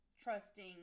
trusting